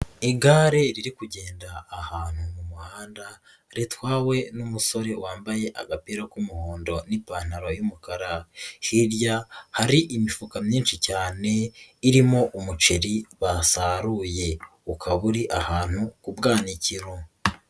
Igare riri kugenda ahantu mu muhanda, ritwawe n'umusore wambaye agapira k'umuhondo n'ipantaro y'umukara. Hirya hari imifuka myinshi cyane irimo umuceri basaruye, ukaba uri ahantu ku bwanikiro.